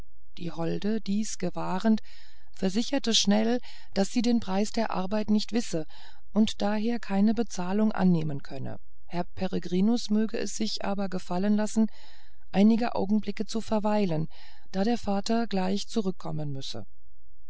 die holde dies gewahrend versicherte schnell daß sie den preis der arbeit nicht wisse und daher keine bezahlung annehmen könne herr peregrinus möge es sich aber gefallen lassen einige augenblicke zu verweilen da der vater gleich zurückkommen müsse